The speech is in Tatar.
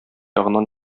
ягыннан